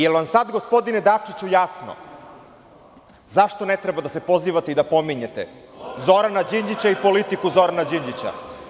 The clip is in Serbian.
Da li vam je sada, gospodine Dačiću, jasno zašto ne treba da se pozivate i da pominjete Zorana Đinđića i politiku Zorana Đinđića?